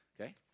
Okay